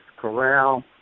corral